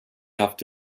haft